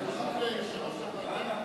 זה חשוב ליושב-ראש הוועדה?